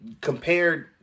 compared